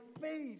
faith